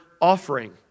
offering